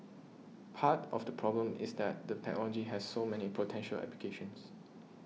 part of the problem is that the technology has so many potential applications